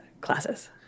classes